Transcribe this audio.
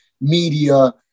media